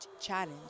challenge